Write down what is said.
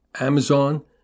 Amazon